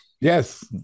Yes